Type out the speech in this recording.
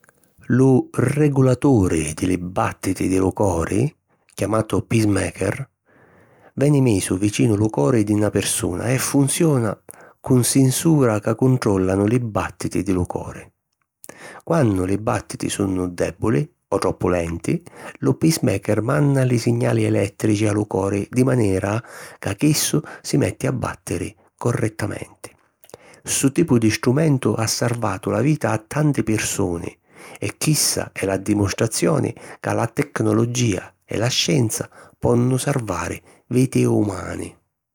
Lu regulaturi di li bàttiti di lu cori, chiamatu Pacemaker, veni misu vicinu lu cori di na pirsuna e funziona cu sinsura ca cuntròllanu li bàttiti di lu cori. Quannu li bàttiti sunnu dèbuli o troppu lenti, lu Pacemaker manna li signali elèttrici a lu cori di manera ca chissu si metti a bàttiri correttamenti. Ssu tipu di strumentu ha sarvatu la vita a tanti pirsuni e chissa è la dimostrazioni ca la tecnologìa e la scienza ponnu sarvari viti umani.